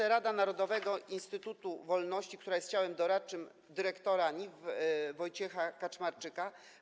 z Radą Narodowego Instytutu Wolności, która jest ciałem doradczym dyrektora NIW Wojciecha Kaczmarczyka.